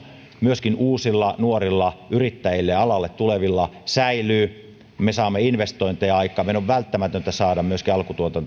myöskin uusilla nuorilla yrittäjillä ja alalle tulevilla säilyy että me saamme investointeja aikaan meidän on välttämätöntä saada myöskin alkutuotannossa